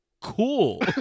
cool